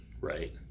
Right